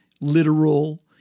literal